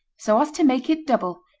so as to make it double,